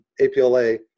APLA